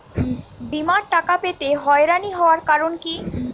বিমার টাকা পেতে হয়রানি হওয়ার কারণ কি?